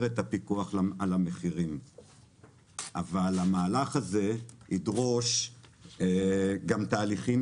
את הפיקוח על המחירים אבל המהלך הזה ידרוש גם תהליכים